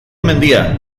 mendia